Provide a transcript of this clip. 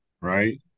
right